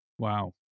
Wow